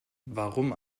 warum